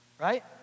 right